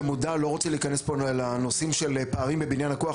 במודע לא רוצה להיכנס פה לנושאים של פערים בבניין הכוח.